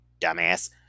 dumbass